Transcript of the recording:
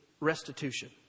restitution